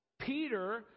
Peter